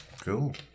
cool